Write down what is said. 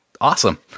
Awesome